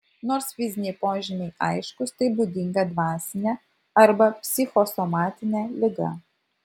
nors fiziniai požymiai aiškūs tai būdinga dvasinė arba psichosomatinė liga